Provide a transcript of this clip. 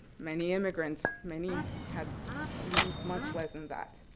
many immigrants, many had much less than that.